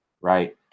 right